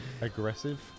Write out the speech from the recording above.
Aggressive